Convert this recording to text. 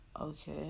Okay